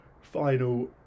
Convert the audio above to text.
final